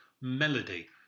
melody